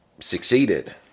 succeeded